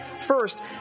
First